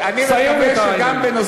סיים את העניין.